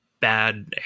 bad